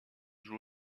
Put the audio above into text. joue